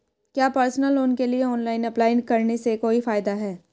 क्या personal loan के लिए ऑनलाइन अप्लाई करने से कोई फायदा है?